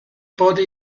body